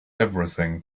everything